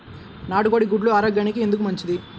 నాటు కోడి గుడ్లు ఆరోగ్యానికి ఎందుకు మంచిది?